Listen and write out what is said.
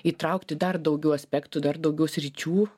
įtraukti dar daugiau aspektų dar daugiau sričių